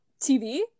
TV